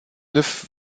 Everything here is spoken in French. neuf